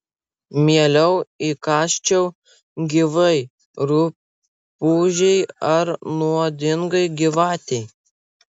mieliau įkąsčiau gyvai rupūžei ar nuodingai gyvatei